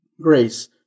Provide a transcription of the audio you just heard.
grace